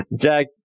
Jack